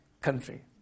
country